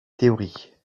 théories